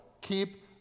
keep